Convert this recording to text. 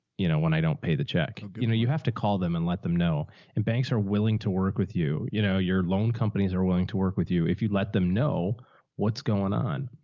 you know, when i don't pay the check, you know, you have to call them and let them know and banks are willing to work with you. you know, your loan companies are willing to work with you if you let them know what's going on.